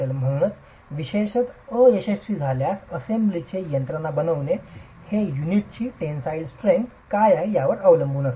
म्हणून विशेषत अयशस्वी झाल्यास असेंब्लीमध्ये यंत्रणा बनविणे हे युनिटची टेनसाईल स्ट्रेंग्थ काय आहे यावर अवलंबून असते